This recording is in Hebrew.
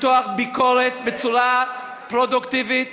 למתוח ביקורת בצורה פרודוקטיבית,